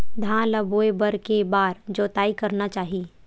धान ल बोए बर के बार जोताई करना चाही?